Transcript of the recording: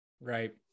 right